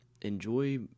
enjoy